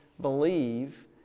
believe